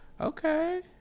Okay